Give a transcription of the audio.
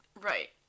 Right